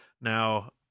Now